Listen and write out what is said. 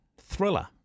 thriller